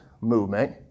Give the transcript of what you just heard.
movement